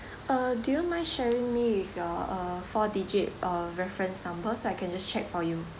uh do you mind sharing me with your uh four digit uh reference number so I can just check for you